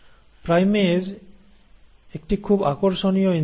primase একটি খুব আকর্ষণীয় এনজাইম